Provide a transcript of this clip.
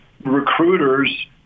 recruiters